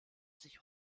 sich